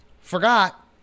Forgot